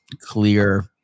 clear